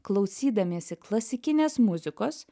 klausydamiesi klasikinės muzikos